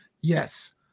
yes